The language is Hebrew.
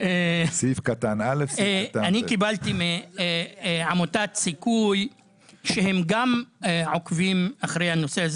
אני קיבלתי מעמותת סיכוי שהם גם עוקבים אחר הנושא,